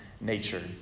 nature